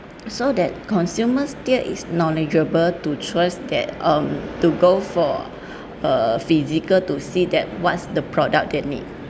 so that consumers still is knowledgeable to choose that um to go for uh physical to see that what's the product they need